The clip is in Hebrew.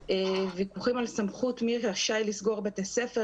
ויכוחים על סמכות מי רשאי לסגור בתי ספר,